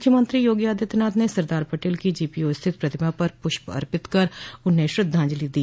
मुख्यमंत्री योगी आदित्यनाथ ने सरदार पटेल की जीपीओ स्थित प्रतिमा पर पुष्प अर्पित कर उन्हें श्रद्धाजंलि दी